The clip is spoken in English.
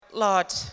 lord